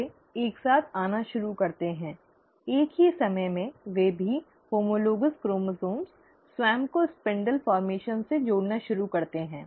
वे एक साथ आना शुरू करते हैं एक ही समय में वे भी होमोलोगॅस क्रोमोसोम्स स्वयं को स्पिंडल गठन से जोड़ना शुरू करते हैं